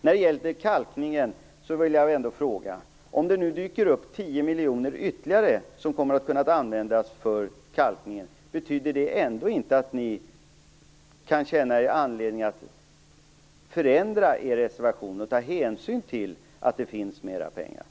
När det gäller kalkningen vill jag fråga: Om det dyker upp ytterligare 10 miljoner som kommer att kunna användas för kalkning, känner ni inte att ni då, med hänsyn till att det finns mera pengar, kan känna anledning att förändra er reservation?